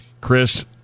Chris